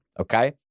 okay